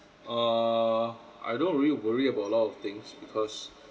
err I don't really worry about a lot of things because